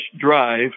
drive